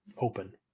open